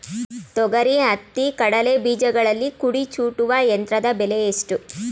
ತೊಗರಿ, ಹತ್ತಿ, ಕಡಲೆ ಬೆಳೆಗಳಲ್ಲಿ ಕುಡಿ ಚೂಟುವ ಯಂತ್ರದ ಬೆಲೆ ಎಷ್ಟು?